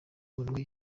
ndwi